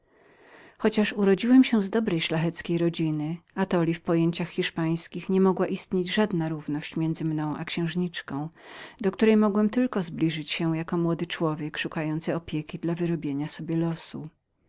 chociaż urodziłem się z uczciwej szlacheckiej rodziny atoli w pojęciach hiszpańskich nie mogła istnieć żadna równość między mną a księżniczką do której mogłem tylko zbliżyć się jako młody człowiek szukający jej opieki dla wyrobienia sobie losu